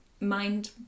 mind